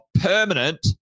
permanent